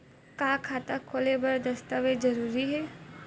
का खाता खोले बर दस्तावेज जरूरी हे?